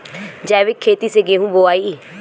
जैविक खेती से गेहूँ बोवाई